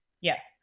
Yes